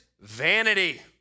vanity